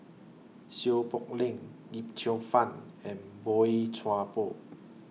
Seow Poh Leng Yip Cheong Fun and Boey Chuan Poh